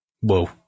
Whoa